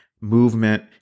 movement